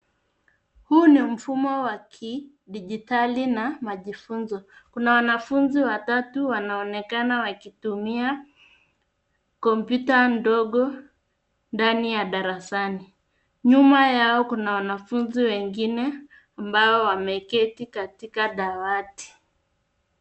Huu n mfumo wa kidijitari na majifunzo. Kuna wanafunzi watatu wanaonekana wakitumia, kompyuta ndogo, ndani ya darasani. Nyuma yao kuna wanafunzi wengine, ambao wameketi katika dawati.